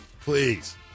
Please